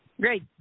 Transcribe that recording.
Great